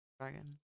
dragon